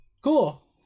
Cool